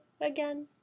again